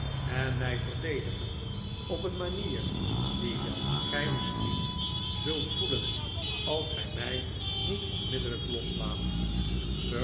en mij verdedigen op een manier die zelfs g ij misschien zult voelen als gij mij niet onmiddellijk loslaat sir